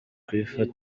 kwifatanya